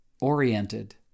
oriented